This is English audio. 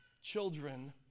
children